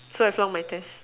so I flunk my test